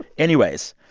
anyways,